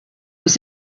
was